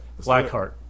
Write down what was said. Blackheart